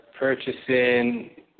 purchasing